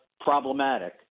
problematic